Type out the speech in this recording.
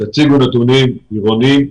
תציגו נתונים עירוניים,